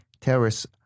terrorists